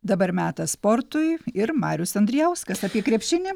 dabar metas sportui ir marius andrijauskas apie krepšinį